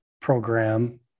program